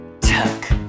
tuck